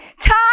Time